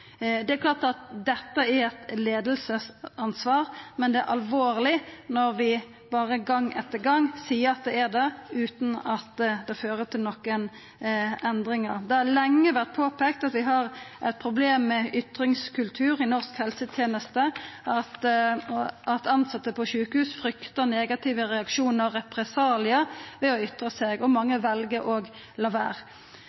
Det er klart at dette er eit leiingsansvar, men det er alvorleg når vi gong etter gong berre seier at det er slik, utan at det fører til endringar. Det har lenge vore peika på at vi har eit problem med ytringskulturen i norsk helseteneste, at tilsette på sjukehus fryktar negative reaksjonar og represaliar ved å ytra seg, og at mange